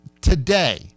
today